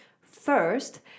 first